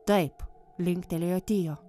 taip linktelėjo tio